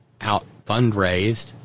out-fundraised